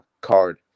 card